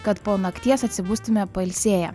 kad po nakties atsibustume pailsėję